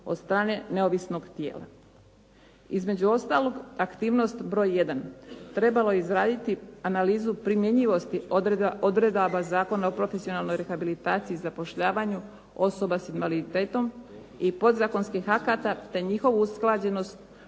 od strane neovisnog tijela. Između ostalog, aktivnost broj 1, trebalo je izraditi analizu primjenjivosti odredaba Zakona o profesionalnoj rehabilitaciji i zapošljavanju osoba s invaliditetom i podzakonskih akata te njihovu usklađenost